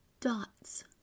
dots